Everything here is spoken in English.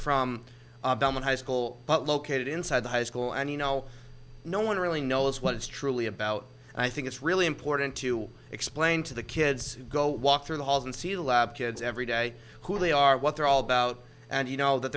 the high school located inside the high school and you know no one really knows what it's truly about and i think it's really important to explain to the kids go walk through the halls and see lab kids every day who they are what they're all about and you know that